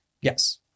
Yes